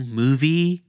movie